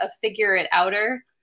figure-it-outer